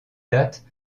date